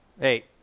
hey